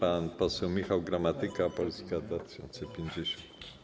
Pan poseł Michał Gramatyka, Polska 2050.